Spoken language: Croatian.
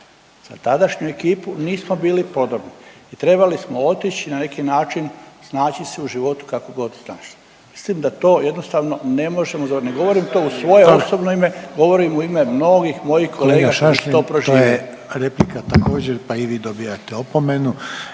Za tadašnju ekipu nismo bili podobni i trebali smo otići i na neki način snaći se u životu kako god … /ne razumije se/ … Mislim da to jednostavno ne možemo, ne govorim to u svoje osobno ime. Govorim u ime mnogih mojih kolega koji su to proživjeli. **Reiner, Željko (HDZ)** Kolega Šašlin to je replika. Također i vi dobivate opomenu.